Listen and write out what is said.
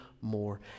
more